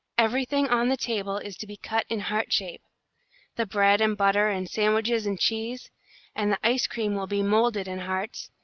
everything on the table is to be cut in heart shape the bread and butter and sandwiches and cheese and the ice-cream will be moulded in hearts,